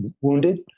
wounded